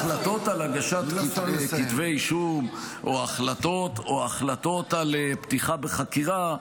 -- ההחלטות על הגשת כתבי אישום או החלטות על פתיחה בחקירה,